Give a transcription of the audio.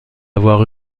avoir